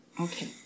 Okay